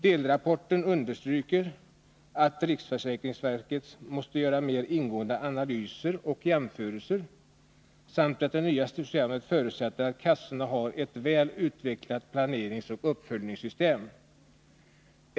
Delrapporten understryker att riksförsäkringsverket måste göra mer ingående analyser och jämförelser samt att det nya systemet förutsätter att kassorna har ett väl utvecklat planeringsoch uppföljningssystem.